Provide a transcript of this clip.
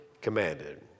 commanded